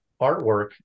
artwork